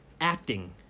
acting